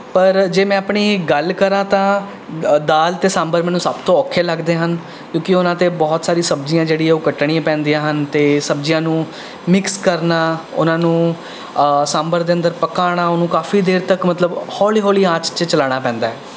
ਪਰ ਜੇ ਮੈਂ ਆਪਣੀ ਗੱਲ ਕਰਾਂ ਤਾਂ ਦਾਲ ਅਤੇ ਸਾਂਬਰ ਮੈਨੂੰ ਸਭ ਤੋਂ ਔਖੇ ਲੱਗਦੇ ਹਨ ਕਿਉਂਕਿ ਉਹਨਾਂ 'ਤੇ ਬਹੁਤ ਸਾਰੀ ਸਬਜ਼ੀਆਂ ਜਿਹੜੀ ਹੈ ਉਹ ਕੱਟਣੀ ਪੈਂਦੀਆਂ ਹਨ ਅਤੇ ਸਬਜ਼ੀਆਂ ਨੂੰ ਮਿਕਸ ਕਰਨਾ ਉਨ੍ਹਾਂ ਨੂੰ ਸਾਂਬਰ ਦੇ ਅੰਦਰ ਪਕਾਉਣਾ ਉਹਨੂੰ ਕਾਫ਼ੀ ਦੇਰ ਤੱਕ ਮਤਲਬ ਹੌਲੀ ਹੌਲੀ ਆਚ 'ਚ ਚਲਾਉਣਾ ਪੈਂਦਾ ਹੈ